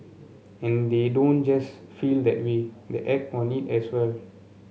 and they don't just feel that way the act on it as well